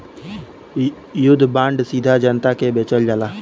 युद्ध बांड सीधा जनता के बेचल जाला